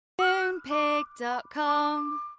Moonpig.com